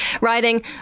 writing